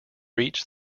reached